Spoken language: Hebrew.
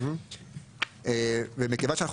ומכיוון שאנחנו